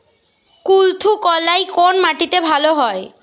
কুলত্থ কলাই কোন মাটিতে ভালো হয়?